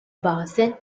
base